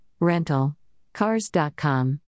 rentalcars.com